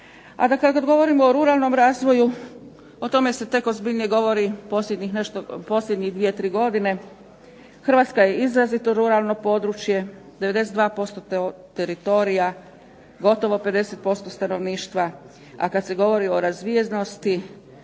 da kad govorimo o ruralnom razvoju o tome se tek ozbiljnije govori posljednjih 2, 3 godine. Hrvatska je izrazito ruralno područje. 92% teritorija, gotovo 50% stanovništva, a kad se govori o razvijenosti